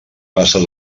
passa